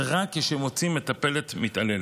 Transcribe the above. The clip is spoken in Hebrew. זה רק כשמוצאים מטפלת מתעללת.